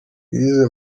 wize